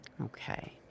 Okay